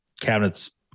Cabinets